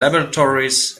laboratories